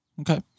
Okay